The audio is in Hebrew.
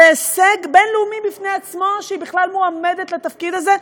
זה הישג בין-לאומי בפני עצמו שהיא בכלל מועמדת לתפקיד הזה,